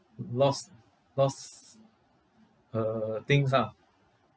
lost lost her things ah